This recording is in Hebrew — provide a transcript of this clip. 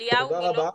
אליהו מילוא,